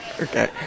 Okay